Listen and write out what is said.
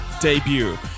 debut